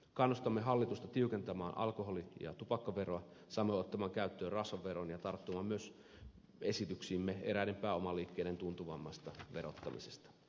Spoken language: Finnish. kannustamme hallitusta tiukentamaan alkoholi ja tupakkaveroa samoin ottamaan käyttöön rasvaveron ja tarttumaan myös esityksiimme eräiden pääomaliikkeiden tuntuvammasta verottamisesta